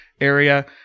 area